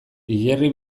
hilerri